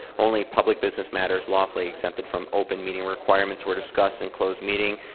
only public business matters lawfully exempted from open meeting requires were discussed in closed meeting,